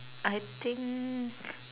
I think